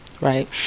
right